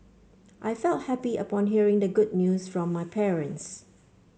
I felt happy upon hearing the good news from my parents